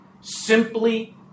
simply